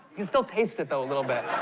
still taste it, though, a little bit. ah.